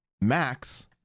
max